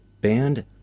banned